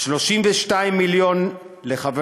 32 מיליון לחבר